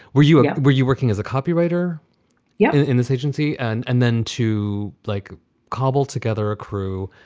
were you? ah were you working as a copywriter yeah in this agency? and and then to like cobble together a crew,